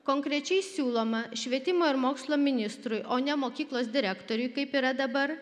konkrečiai siūloma švietimo ir mokslo ministrui o ne mokyklos direktoriui kaip yra dabar